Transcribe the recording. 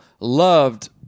loved